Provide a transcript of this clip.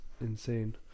insane